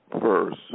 First